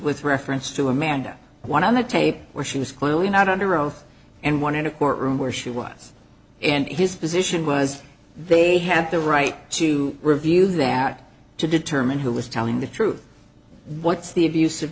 with reference to amanda one on the tape where she was clearly not under oath and one in a courtroom where she was and his position was they have the right to review that to determine who was telling the truth what's the abus